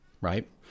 right